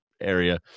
area